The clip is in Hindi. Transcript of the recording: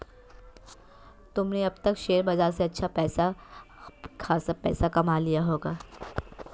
तुमने अब तक शेयर बाजार से अच्छा खासा पैसा कमा लिया होगा